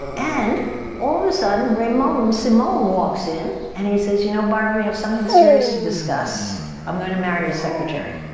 and all of the sudden ramon simone walks in and he says, you know barbara. we have something serious to discuss. i'm going to marry your secretary.